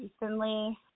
recently